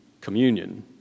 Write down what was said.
Communion